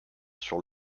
sur